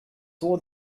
saw